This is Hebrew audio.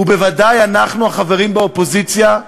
ובוודאי אנחנו, החברים באופוזיציה,